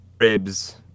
ribs